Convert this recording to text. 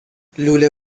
لوله